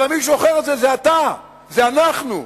אבל המישהו האחר הזה זה אתה, זה אנחנו.